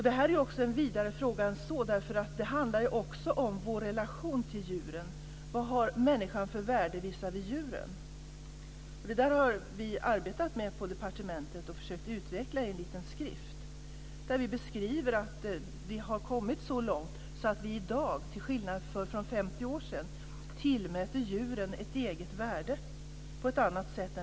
Detta är också en vidare fråga än så, eftersom det också handlar om vår relation till djuren. Vad har människan för värde visavi djuren? Detta har vi arbetat med på departementet och försökt utveckla i en liten skrift där vi beskriver att vi har kommit så långt att vi i dag, till skillnad från för 50 år sedan, tillmäter djuren ett eget värde på ett annat sätt.